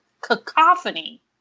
cacophony